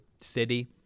city